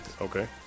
Okay